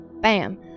BAM